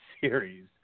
series